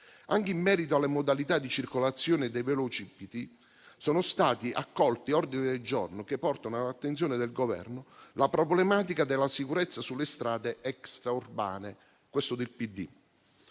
Anche in merito alle modalità di circolazione dei velocipedi sono stati accolti ordini del giorno che portano all'attenzione del Governo la problematica della sicurezza sulle strade extraurbane (mi riferisco